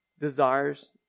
desires